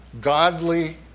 Godly